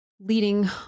leading